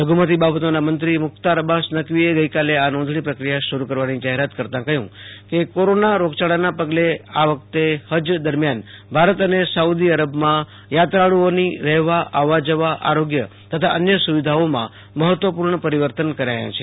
લધુમતી બાબતોના મંત્રી મુખ્તાર અબ્બાસ નક્લીએ ગઈકોલે આ નોંધણી પ્રક્રિયા શરૂ કરવાની જાહેરાત કરતાં કહ્યું કે કોરોના રોગયાળાનાં પેગલે આ વખતે હેજ દેરમિયાન ભારત અને સાઉદી અરબમાં યાત્રાળુઓની રહેવા આવેલા જવા ઓરોગ્ય તથા અન્ય સુવિધાઓમાં મહત્ત્વપૂર્ણ પરિવર્તન કરાયાં છે